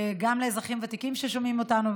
גם לאזרחים ותיקים ששומעים אותנו,